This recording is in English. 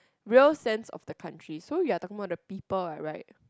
real sense of the country so we are talking about the people ah right